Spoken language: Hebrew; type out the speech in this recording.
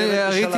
כנראה היא תישלח.